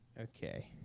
Okay